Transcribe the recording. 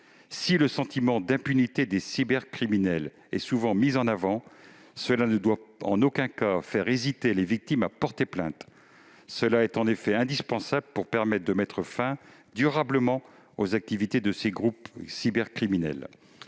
Si le sentiment d'impunité des cybercriminels est souvent mis en avant, cela ne doit en aucun cas faire hésiter les victimes à porter plainte. C'est en effet indispensable pour mettre fin durablement aux activités de ces groupes cybercriminels.